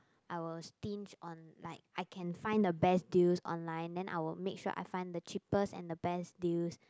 I will stinge on like I can find the best deals online then I will make sure I find the cheapest and the best deals